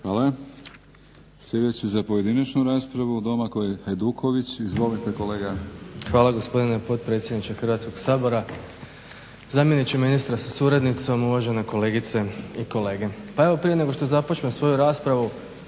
Hvala. Sljedeći za pojedinačnu raspravu Domagoj Hajduković. Izvolite kolega. **Hajduković, Domagoj (SDP)** Hvala gospodine potpredsjedniče Hrvatskog sabora, zamjeniče ministra sa suradnicom, uvažene kolegice i kolege. Pa evo prije nego što započnem svoju raspravu